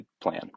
plan